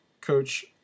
coach